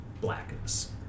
blackness